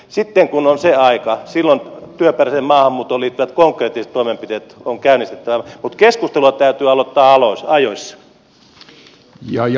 sitten kun on se aika silloin työperäiseen maahanmuuttoon liittyvät konkreettiset toimenpiteet on käynnistettävä mutta keskustelu täytyy aloittaa ajoissa